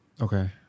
Okay